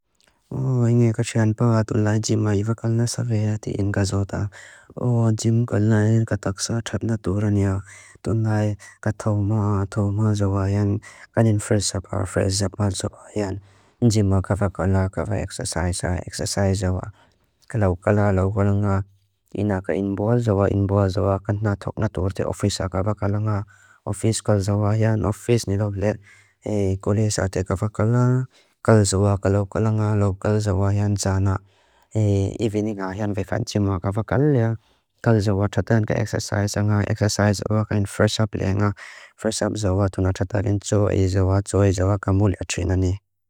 O iñe ka tʃanpa tu lai jima iwa kalna savea ti in ka zota. O jim kalna in ka taksa tʃapna tu rania. Tu lai ka tauma, tauma jawa ian. Kani nfresa pa, fresa pa jawa ian. Jima kafa kalna, kafa eksasaj, eksasaj jawa. Kalau kala, lau kala nga. Ina ka inboa jawa, inboa jawa. Kana thokna tu orte ofisa kafa kala nga. Ofis kala jawa ian. Kala jawa kala nga, lau kala jawa ian tʃana. Ivi nika ian vefan jima kafa kala ian. Kala jawa tʃatan ka eksasaj jawa. Eksasaj jawa kani nfresa plenga. Fresa jawa tu na tʃata rin tʃo, e jawa tʃo, e jawa kamulia tʃina ni.